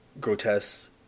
grotesque